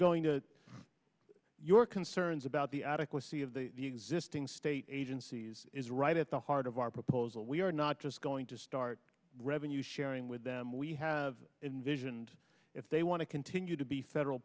going to your concerns about the adequacy of the existing state agencies is right at the heart of our proposal we are not just going to start revenue sharing with them we have in vision and if they want to continue to be federal